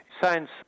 Science